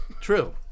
True